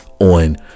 on